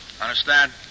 Understand